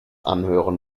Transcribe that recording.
anhören